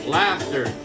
laughter